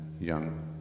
young